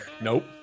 Nope